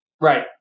Right